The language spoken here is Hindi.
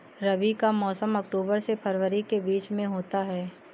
रबी का मौसम अक्टूबर से फरवरी के बीच में होता है